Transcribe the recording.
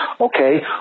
okay